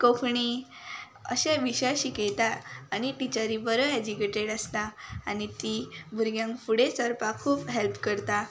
कोंकणी अशें विशय शिकयता आनी टिचरी बऱ्यो एज्युकेटेड आसता आनी तीं भुरग्यांक फुडें सरपाक खूब हॅल्प करता